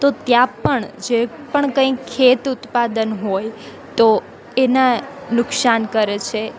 તો ત્યાં પણ જે પણ કંઇ ખેત ઉત્પાદન હોય તો એનાં નુકશાન કરે છે